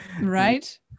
Right